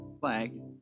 flag